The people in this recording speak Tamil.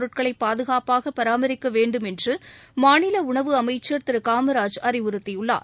பொருட்களை பாதுகாப்பாக பராமரிக்க வேண்டும் என்று மாநில உணவு அமைச்சர் திரு காமராஜ் அறிவுறுத்தியுள்ளார்